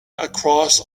across